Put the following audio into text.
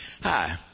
hi